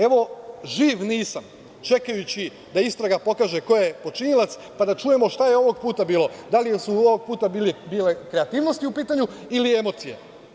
Evo, živ nisam čekajući da istraga pokaže ko je počinilac pa da čujemo šta je ovog puta bilo, da li su ovog puta bile kreativnosti u pitanju ili emocije?